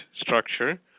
structure